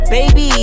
Baby